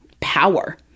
power